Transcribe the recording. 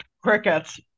Crickets